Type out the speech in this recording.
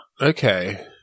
Okay